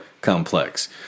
complex